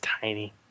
tiny